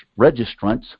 registrants